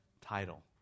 title